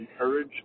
encourage